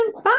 Bye